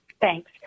Thanks